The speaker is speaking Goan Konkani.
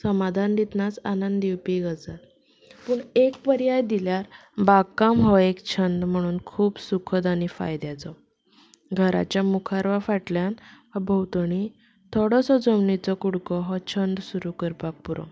समादान दितनाच आनंद दिवपी गजाल पूण एक पर्याय दिल्यार बागकाम हो एक छंद म्हणून खूब सुखद आनी फायद्याचो घराच्या मुखार आनी फाटल्यान भोंवतणी थोडोसो जमनीचो कुडको हो छंद सुरू करपाक पुरो